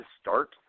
start